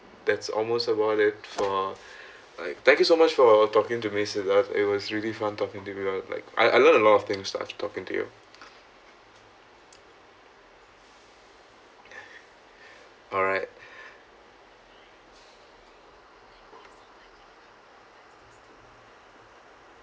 that's almost about it for I thank you so much for uh talking to me sivat it was really fun talking to you about like I I learn a lot of things by talking to you alright